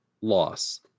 loss